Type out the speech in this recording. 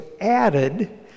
added